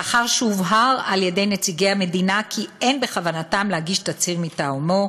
לאחר שהובהר על-ידי נציגי המדינה כי אין בכוונתם להגיש תצהיר מטעמו,